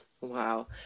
Wow